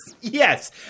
Yes